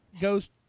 goes –